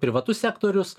privatus sektorius